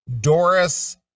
Doris